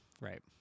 Right